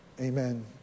amen